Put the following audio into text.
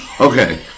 Okay